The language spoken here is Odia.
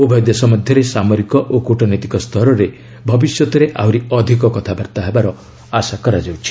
ଉଭୟ ଦେଶ ମଧ୍ୟରେ ସାମରିକ ଓ କୂଟନୈତିକ ସ୍ତରରେ ଭବିଷ୍ୟତରେ ଆହୁରି ଅଧିକ କଥାବାର୍ତ୍ତା ହେବାର ଆଶା କରାଯାଉଛି